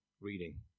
reading